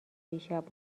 دیشب